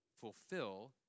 fulfill